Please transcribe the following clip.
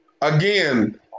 again